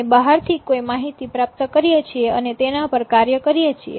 આપણે બહારથી કોઈ માહિતી પ્રાપ્ત કરીએ છીએ અને તેના પર કાર્ય કરીએ છીએ